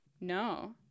No